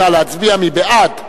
נא להצביע, מי בעד,